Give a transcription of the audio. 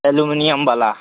aluminium ବାଲା